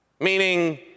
meaning